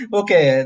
okay